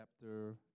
chapter